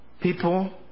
people